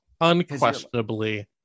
unquestionably